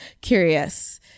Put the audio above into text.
curious